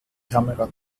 kamera